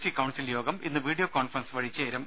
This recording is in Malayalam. ടി കൌൺസിൽ യോഗം ഇന്ന് വീഡിയോ കോൺഫറൻസ് വഴി ചേരും